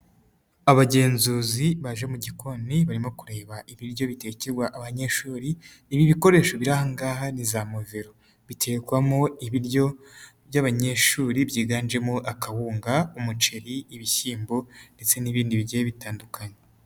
Abagenzuzi baje mu gikoni, barimo kureba ibiryo bitekerwa abanyeshuri, ibi bikoresho biri aha ngaha ni za muvero. Bitekwamo ibiryo by'abanyeshuri, byiganjemo akawunga, umuceri, ibishyimbo ndetse n'ibindi bigiye bitandukanye.